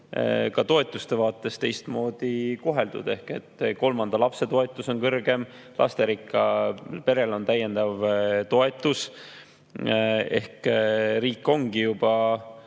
ka toetuste vaates teistmoodi. Kolmanda lapse toetus on kõrgem, lasterikkal perel on täiendav toetus. Riik ongi juba